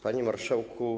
Panie Marszałku!